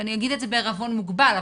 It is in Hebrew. ואני אגיד את זה בערבון מוגבל,